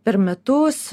per metus